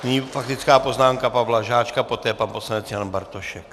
Nyní faktická poznámka Pavla Žáčka, poté pan poslanec Jan Bartošek.